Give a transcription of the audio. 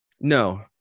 No